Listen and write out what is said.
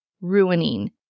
ruining